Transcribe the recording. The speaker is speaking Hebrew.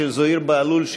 של זוהיר בהלול,